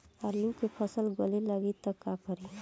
आलू के फ़सल गले लागी त का करी?